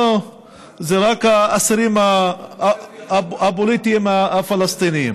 הכול לפי החוק.